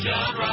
John